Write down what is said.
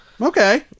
Okay